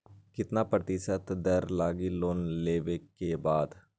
कितना प्रतिशत दर लगी लोन लेबे के बाद?